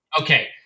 Okay